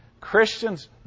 Christians